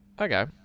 okay